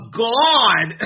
god